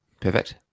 Perfect